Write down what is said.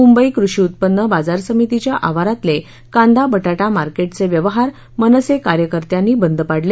मुंबई कृषी उत्पन्न बाजार समितीच्या आवारातले कांदा बटाटा मार्केटचे व्यवहार मनसे कार्यकत्यांनी बंद पाडले